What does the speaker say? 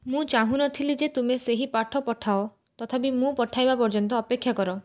ମୁଁ ଚାହୁଁ ନଥିଲି ଯେ ତୁମେ ସେହି ପାଠ ପଠାଅ ତଥାପି ମୁଁ ପଠାଇବା ପର୍ଯ୍ୟନ୍ତ ଅପେକ୍ଷା କର